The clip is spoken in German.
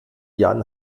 jan